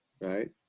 right